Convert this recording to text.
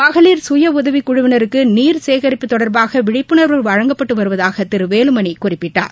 மகளிர் சுயஉதவிக் குழுவினருக்கு நீர் சேகரிப்பு தொடர்பாக விழிப்புணர்வு வழங்கப்பட்டு வருவதாக திரு வேலுமணி குறிப்பிட்டார்